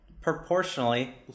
proportionally